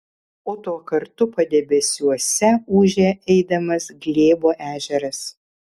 o tuo kartu padebesiuose ūžė eidamas glėbo ežeras